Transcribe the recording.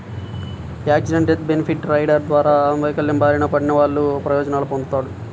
accidental death benefit rider ద్వారా వైకల్యం బారిన పడినవాళ్ళు ప్రయోజనాలు పొందుతాడు